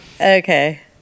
Okay